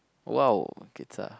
!wow! guitar